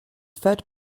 fed